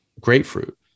grapefruit